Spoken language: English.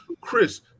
Chris